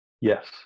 Yes